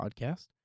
podcast